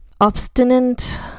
obstinate